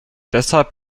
deshalb